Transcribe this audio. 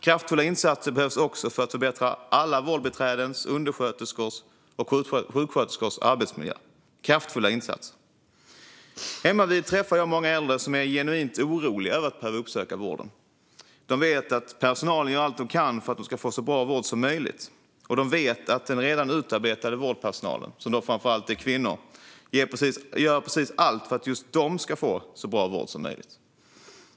Kraftfulla insatser behövs också för att förbättra alla vårdbiträdens, undersköterskors och sjuksköterskors arbetsmiljö - kraftfulla insatser! Hemmavid träffar jag många äldre som är genuint oroliga över att behöva uppsöka vården. De vet att personalen gör allt de kan för att de ska få så bra vård som möjligt. De vet att den redan utarbetade vårdpersonalen, som framför allt är kvinnor, gör precis allt för att just de ska få så bra vård som möjligt.